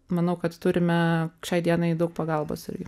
manau kad turime šiai dienai daug pagalbos ir